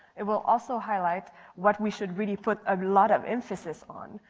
it will also highlight what we should really put a lot of emphasis on.